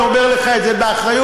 אני אומר לך את זה באחריות,